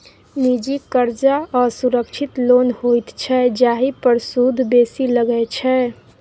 निजी करजा असुरक्षित लोन होइत छै जाहि पर सुद बेसी लगै छै